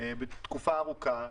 תקופה ארוכה.